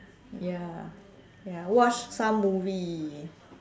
ya ya watch some movie